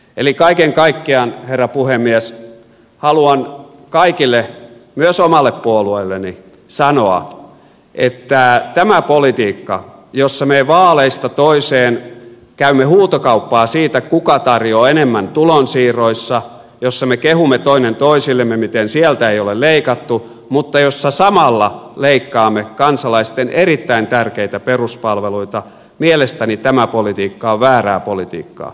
eli kaiken kaikkiaan herra puhemies haluan kaikille myös omalle puolueelleni sanoa että tämä politiikka jossa me vaaleista toiseen käymme huutokauppaa siitä kuka tarjoaa enemmän tulonsiirroissa jossa me kehumme toinen toisillemme miten sieltä ei ole leikattu mutta jossa samalla leikkaamme kansalaisten erittäin tärkeitä peruspalveluita mielestäni tämä politiikka on väärää politiikkaa